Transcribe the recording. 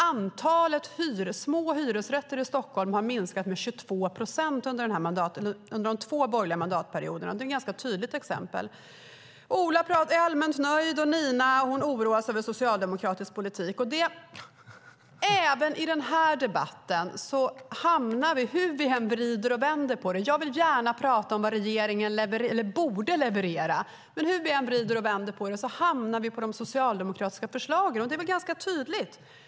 Antalet små hyresrätter i Stockholm har minskat med 22 procent under de två borgerliga mandatperioderna. Det är ett ganska tydligt exempel. Ola är allmänt nöjd, och Nina oroar sig för socialdemokratisk politik. Jag vill gärna prata om vad regeringen borde leverera, men hur vi än vrider och vänder på det hamnar vi även i den här debatten på de socialdemokratiska förslagen. Det är ganska tydligt.